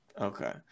Okay